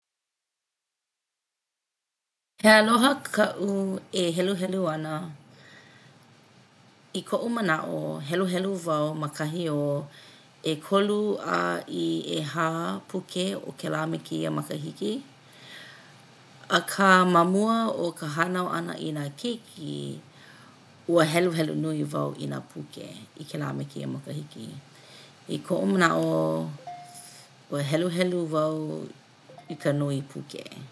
He aloha kaʻu e heluhelu ana. I koʻu manaʻo heluhelu wau ma kahi o ʻekolu a i ʻehā puke o kēlā me kēia makahiki akā ma mua o ka hānau ʻana i nā keiki ua heluhelu nui wau i nā puke i kēlā me kēia makahiki. I koʻu manaʻo ua heluhelu wau i ka nui puke.